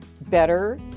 better